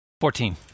Fourteen